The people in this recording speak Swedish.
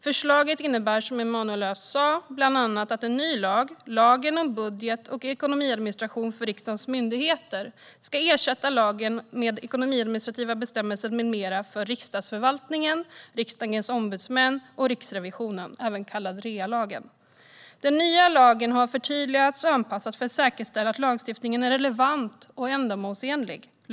Förslaget innebär, som Emanuel Öz sa, bland annat att en ny lag, lagen om budget och ekonomiadministration för riksdagens myndigheter, ska ersätta lagen med ekonomiadministrativa bestämmelser m.m. för Riksdagsförvaltningen, Riksdagens ombudsmän och Riksrevisionen, även kallad REA-lagen. Den nya lagen har förtydligats och anpassats för att säkerställa att lagstiftningen är relevant och ändamålsenlig.